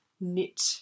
knit